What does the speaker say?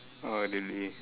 oh I